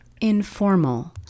informal